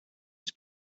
its